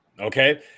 okay